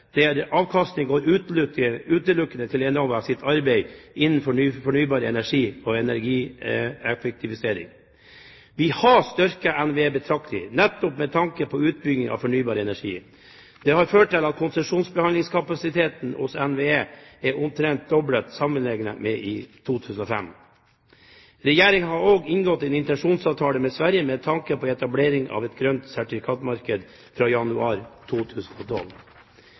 kr til satsing på fornybar energi gjennom Enova. Vi har opprettet et energifond som nå er oppe i 25 milliarder kr, der avkastningen går utelukkende til Enovas arbeid innen fornybar energi og energieffektivisering. Vi har styrket NVE betraktelig, nettopp med tanke på utbygging av fornybar energi. Det har ført til at konsesjonsbehandlingskapasiteten hos NVE er omtrent doblet sammenlignet med 2005. Regjeringen har inngått en intensjonsavtale med Sverige med tanke på etablering av et grønt